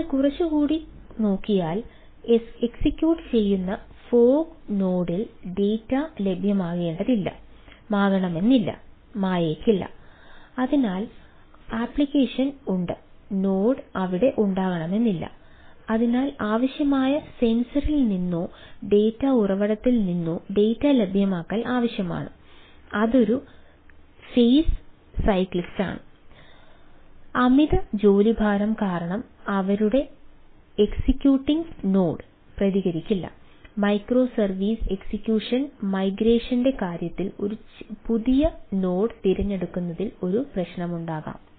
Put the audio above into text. അതിനാൽ കുറച്ചുകൂടി നോക്കിയാൽ എക്സിക്യൂട്ട് തിരഞ്ഞെടുക്കുന്നതിൽ ഒരു പ്രശ്നമുണ്ടാകാം